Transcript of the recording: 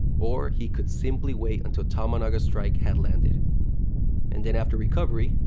or, he could simply wait until tomonaga's strike had landed and then after recovery,